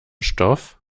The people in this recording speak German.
stoff